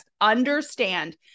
understand